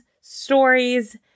stories